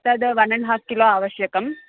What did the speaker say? तद् one and a half kilo आवश्यकं